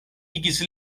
igis